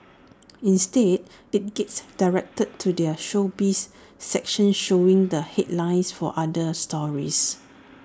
instead IT gets directed to their showbiz section showing the headlines for other stories